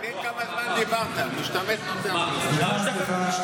מעניין כמה זמן דיברת, משתמט, משתמט?